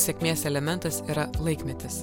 sėkmės elementas yra laikmetis